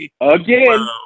Again